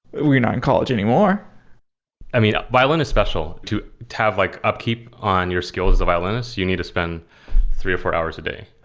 you're not in college anymore i mean, violin is special to to have like upkeep on your skills as a violinist. you need to spend three or four hours a day.